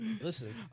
Listen